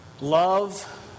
love